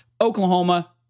Oklahoma